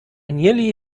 nearly